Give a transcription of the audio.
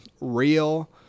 real